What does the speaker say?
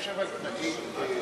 אבל יש תנאים.